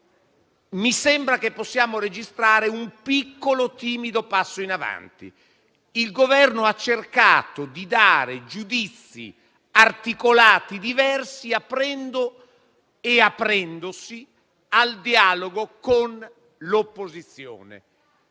mi sembra che possiamo registrare un piccolo, timido passo in avanti: il Governo ha cercato di esprimere giudizi articolati, diversi, aprendosi al dialogo con l'opposizione.